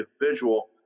individual